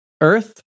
Earth